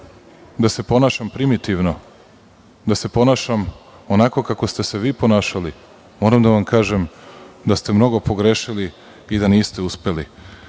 da se ponašam primitivno, da se ponašam onako kako ste se vi ponašali, moram da vam kažem da ste mnogo pogrešili i da niste uspeli.